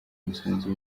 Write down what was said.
umusanzu